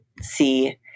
see